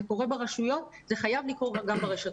זה קורה ברשויות, זה חייב לקרות גם ברשתות.